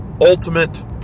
ultimate